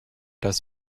das